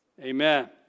Amen